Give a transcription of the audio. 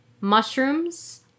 mushrooms